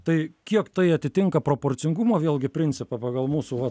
tai kiek tai atitinka proporcingumo vėlgi principą pagal mūsų va